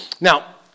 Now